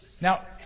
Now